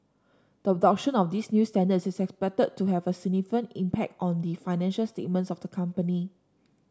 the adoption of these new standards is expected to have a significant impact on the financial statements of the company